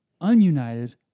ununited